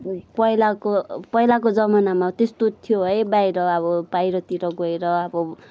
पहिलाको पहिलाको जमानामा त्यस्तो थियो है बाहिर अब बाहिरतिर गएर अब